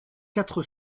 quatre